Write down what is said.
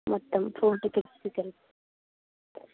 మొత్తం ఫోర్ టికెట్స్కి కలిపి